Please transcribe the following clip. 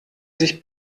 sich